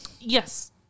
Yes